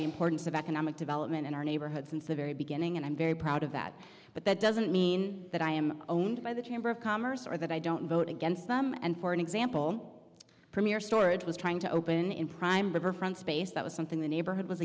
the importance of economic development in our neighborhood since the very beginning and i'm very proud of that but that doesn't mean that i am owned by the chamber of commerce or that i don't vote against them and for an example premier storage was trying to open in prime riverfront space that was something the neighborhood was